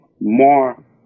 more